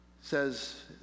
says